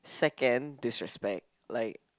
second disrespect like